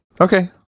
Okay